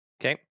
Okay